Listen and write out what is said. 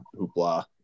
hoopla